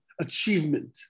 achievement